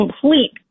complete